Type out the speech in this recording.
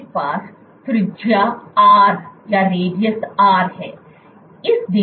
तो आप के पास त्रिज्या r है